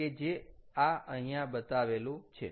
કે જે આ અહીંયા બતાવેલું છે